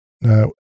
Now